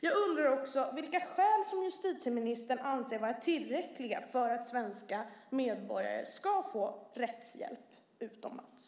Jag undrar också vilka skäl som justitieministern anser vara tillräckliga för att svenska medborgare ska få rättshjälp utomlands.